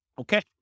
Okay